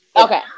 Okay